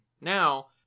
now